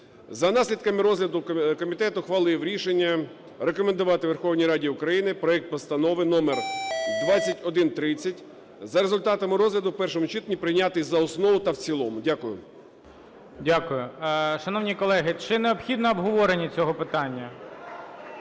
За наслідками розгляду комітет ухвалив рішення рекомендувати Верховній Раді України проект Постанови номер 2130 за результатами розгляду в першому читанні прийняти за основу та в цілому. Дякую. ГОЛОВУЮЧИЙ. Дякую. Шановні колеги, чи необхідно обговорення цього питання?